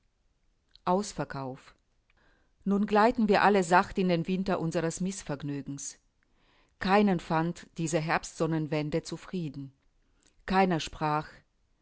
ausverkauf nun gleiten wir alle sacht in den winter unseres mißvergnügens keinen fand diese herbstsonnenwende zufrieden keiner sprach